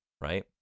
right